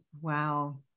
Wow